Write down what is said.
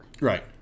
Right